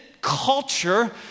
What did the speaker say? culture